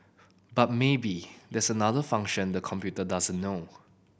but maybe there's another function the computer doesn't know